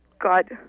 God